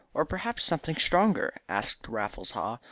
or perhaps something stronger, asked raffles haw,